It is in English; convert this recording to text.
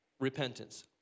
Repentance